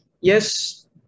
yes